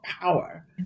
power